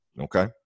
okay